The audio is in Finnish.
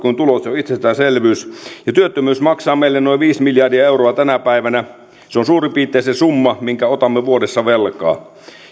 kuin tulot se on itsestäänselvyys työttömyys maksaa meille noin viisi miljardia euroa tänä päivänä se on suurin piirtein se summa minkä otamme vuodessa velkaa